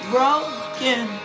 Broken